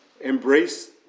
embrace